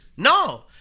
No